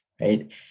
right